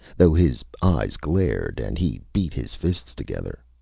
though his eyes glared and he beat his fists together.